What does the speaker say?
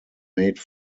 mate